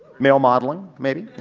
male modeling maybe.